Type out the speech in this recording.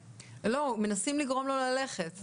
לא, מנסים לגרום לו ללכת.